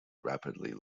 rapidly